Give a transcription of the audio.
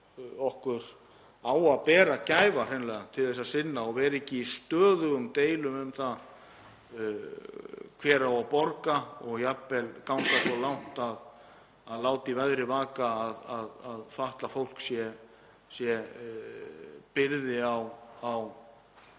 að bera gæfu til að sinna og vera ekki í stöðugum deilum um það hver eigi að borga og jafnvel ganga svo langt að láta í veðri vaka að fatlað fólk sé byrði á